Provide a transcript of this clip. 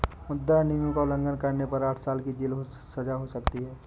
मुद्रा नियमों का उल्लंघन करने पर आठ साल की जेल की सजा हो सकती हैं